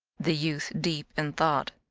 the youth, deep in thought,